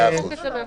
מאה אחוז.